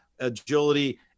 agility